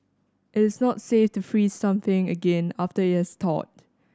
it is not safe to freeze something again after it has thawed